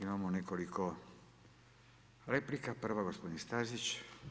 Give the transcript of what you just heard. Imamo nekoliko replika, prva gospodin Stazić.